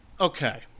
okay